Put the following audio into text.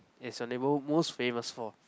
is your neighbourhood most famous for